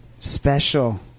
special